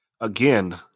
again